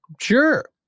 sure